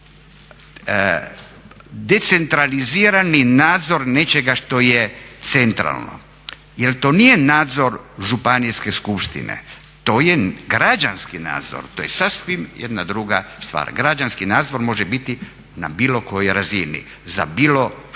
decentralizirani nadzor nečega što je centralno, jer to nije nadzor županijske skupštine to je građanski nadzor, to je sasvim jedna druga stvar. Građanski nadzor može biti na bilo kojoj razini, za bilo što